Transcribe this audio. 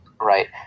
right